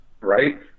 right